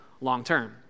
long-term